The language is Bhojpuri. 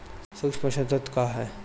सूक्ष्म पोषक तत्व का ह?